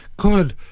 Good